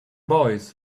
boys